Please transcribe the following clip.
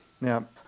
Now